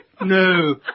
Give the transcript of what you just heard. No